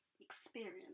experience